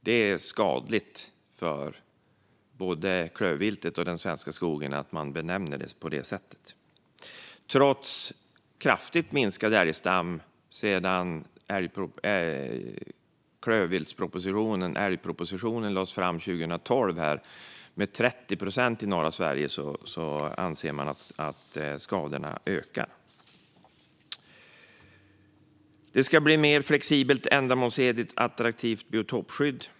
Det är skadligt för både klövviltet och den svenska skogen att man benämner det på det sättet. Trots kraftigt minskad älgstam - en minskning med 30 procent i norra Sverige - sedan klövviltspropositionen eller älgpropositionen lades fram 2012 anser man alltså att skadorna ökar. Det ska bli ett mer flexibelt, ändamålsenligt och attraktivt biotopskydd.